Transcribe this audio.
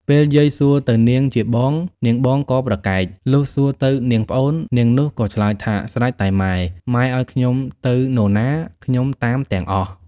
ពេលយាយសួរទៅនាងជាបង នាងបងក៏ប្រកែក លុះសួរទៅនាងជាប្អូន នាងនោះក៏ឆ្លើយថា ស្រេចតែម៉ែ ម៉ែឱ្យខ្ញុំទៅនរណា ខ្ញុំតាមទាំងអស់។